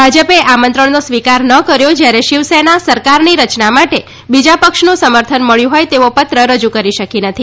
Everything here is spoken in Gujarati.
ભાજપે આમંત્રણનો સ્વીકાર ન કર્યો જ્યારે શિવસેના સરકારની રચના માટે બીજાપક્ષનું સમર્થન મળ્યું હોય તેવો પત્ર રજૂ કરી શકી નથી